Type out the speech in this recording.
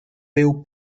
déu